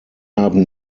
haben